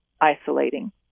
isolating